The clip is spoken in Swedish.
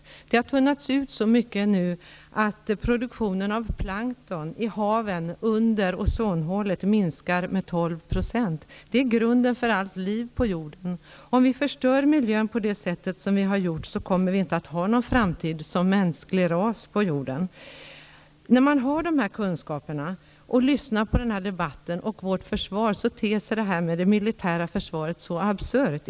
Ozonlagret har tunnats ut så mycket att produktionen av plankton i haven under ozonhålet minskat med 12 %. Det här utgör grunden för allt liv på jorden. Om vi fortsätter att förstöra miljön på det sätt som hittills har skett, kommer vi inte att ha någon framtid som mänsklig ras på jorden. När man med dessa kunskaper lyssnar på debatten om vårt försvar, ter sig det militära försvaret absurt.